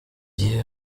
gihe